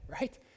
right